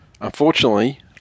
Unfortunately